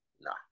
Nah